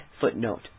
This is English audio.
footnote